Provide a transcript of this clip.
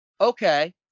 Okay